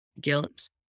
guilt